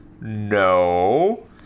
no